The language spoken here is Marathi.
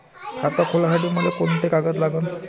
खात खोलासाठी मले कोंते कागद लागन?